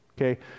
Okay